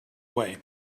way